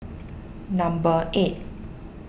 number eight